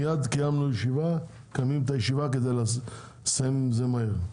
אנחנו מיד קיימנו את הישיבה כדי לסיים עם זה מהר.